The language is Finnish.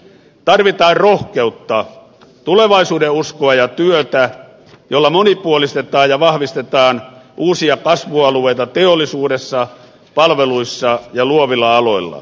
tarvitaan rohkeutta tulevaisuudenuskoa ja työtä jolla monipuolistetaan ja vahvistetaan uusia kasvualueita teollisuudessa palveluissa ja luovilla aloilla